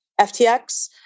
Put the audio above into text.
FTX